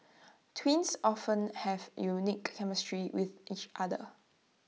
twins often have unique chemistry with each other